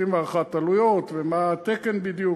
עושים הערכת עלויות ומה התקן בדיוק.